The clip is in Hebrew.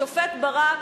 השופט ברק,